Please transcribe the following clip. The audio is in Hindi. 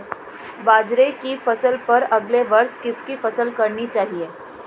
बाजरे की फसल पर अगले वर्ष किसकी फसल करनी चाहिए?